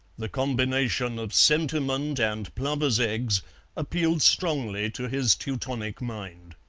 the combination of sentiment and plovers' eggs appealed strongly to his teutonic mind.